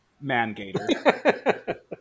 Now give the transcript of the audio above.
man-gator